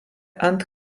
ant